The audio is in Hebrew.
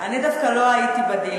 חבר הכנסת פרי, אני דווקא לא הייתי בדילים.